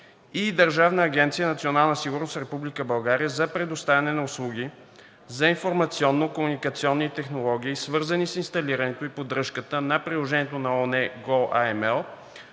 и Държавна агенция „Национална сигурност“ – Република България, за предоставяне на услуги за информационно-комуникационни технологии, свързани с инсталирането и поддръжката на приложението на ООН goAML,